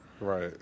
Right